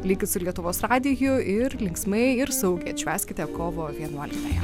likit su lietuvos radiju ir linksmai ir saugiai atšvęskite kovo vienuoliktąją